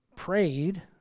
prayed